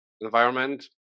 environment